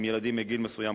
עם ילדים מגיל מסוים,